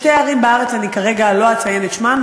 משתי ערים בארץ, אני כרגע לא אציין את שמותיהן.